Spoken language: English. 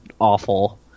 awful